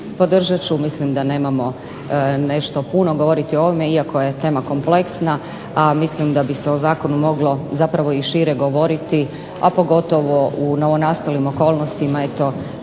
Podržat ću, mislim da nemamo nešto puno govoriti o ovome iako je tema kompleksna, a mislim da bi se o zakonu moglo zapravo i šire govoriti, a pogotovo u novonastalim okolnostima. Eto